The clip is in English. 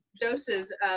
doses